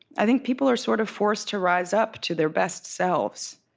i think people are sort of forced to rise up to their best selves.